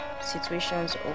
situations